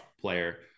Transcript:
player